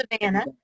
Savannah